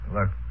Look